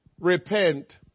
Repent